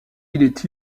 est